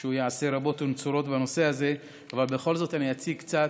שהוא יעשה רבות ונצורות בנושא הזה, אני אציג קצת